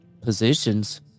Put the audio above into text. positions